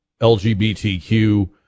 LGBTQ